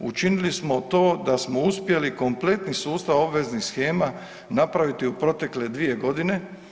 Učinili smo to da smo uspjeli kompletni sustav obveznih shema napraviti u protekle dvije godine.